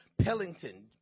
Pellington